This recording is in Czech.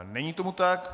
Není tomu tak.